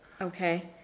Okay